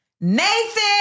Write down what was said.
Nathan